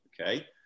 Okay